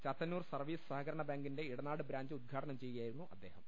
Chathannoor service സഹകരണ ബാങ്കിന്റെ Idanad branch ഉദ്ഘാടനം ചെയ്യുകയായിരുന്നു അദ്ദേഹം